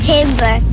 Timber